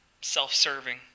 self-serving